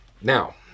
Now